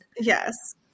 Yes